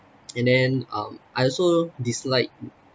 and then um I also dislike